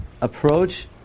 approach